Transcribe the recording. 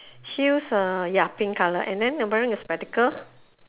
heels err ya pink colour and then wearing a spectacle